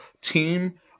team